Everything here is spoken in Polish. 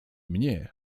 mnie